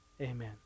Amen